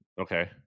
Okay